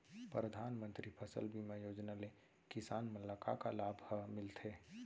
परधानमंतरी फसल बीमा योजना ले किसान मन ला का का लाभ ह मिलथे?